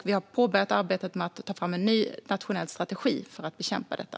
Vi har påbörjat arbetet med att ta fram en ny nationell strategi för att bekämpa detta.